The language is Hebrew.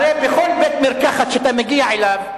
הרי בכל בית-מרקחת שאתה מגיע אליו,